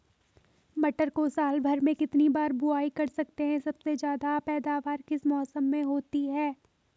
मटर को साल भर में कितनी बार बुआई कर सकते हैं सबसे ज़्यादा पैदावार किस मौसम में होती है?